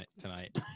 tonight